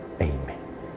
Amen